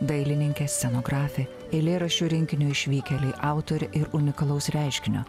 dailininkė scenografė eilėraščių rinkinio išvykėliai autorė ir unikalaus reiškinio